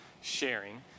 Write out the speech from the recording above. sharing